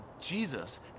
Jesus